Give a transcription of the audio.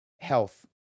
health